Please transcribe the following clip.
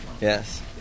Yes